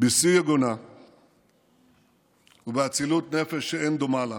בשיא יגונה ובאצילות נפש שאין דומה לה: